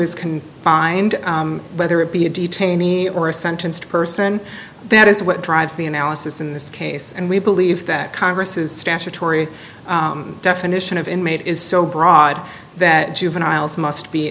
is can find whether it be a detainee or a sentenced person that is what drives the analysis in this case and we believe that congress statutory definition of inmate is so broad that juveniles must be